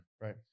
Right